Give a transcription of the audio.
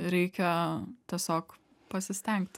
reikia tiesiog pasistengti